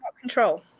control